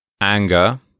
anger